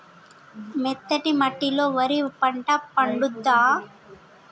మెత్తటి మట్టిలో వరి పంట పండుద్దా?